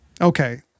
okay